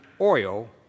oil